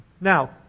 Now